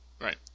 Right